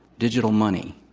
digital money,